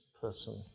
person